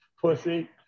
pussy